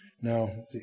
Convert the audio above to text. Now